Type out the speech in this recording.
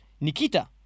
Nikita